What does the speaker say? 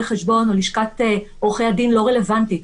החשבון או לשכת עורכי הדין לא רלוונטית.